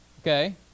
okay